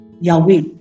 Yahweh